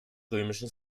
römischen